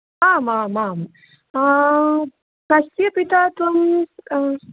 आमामाम् कस्य पिता त्वं